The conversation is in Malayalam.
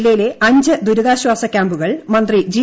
ജില്ലയിലെ അഞ്ച് ദുരിതാശ്വാസ ക്യാമ്പുകൾ മന്ത്രി ജി